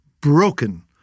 broken